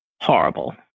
horrible